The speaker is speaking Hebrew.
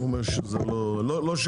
יש לנו עוד